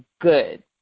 good